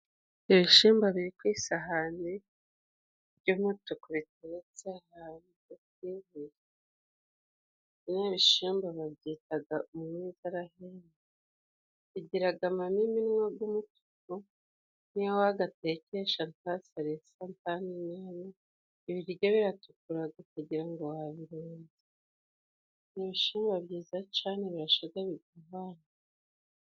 Ibishyimbo biri ku isahani by'umutuku bitetse hari n'bishemba babyitaga umunyezahegagiraga mema inwa bw umutugu n'i w'gatekeshata salesantan ibiryo biratukuraragagira ngo wabiru nibishima byiza chane birashaga bivan